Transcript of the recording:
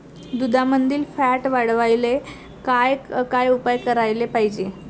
दुधामंदील फॅट वाढवायले काय काय उपाय करायले पाहिजे?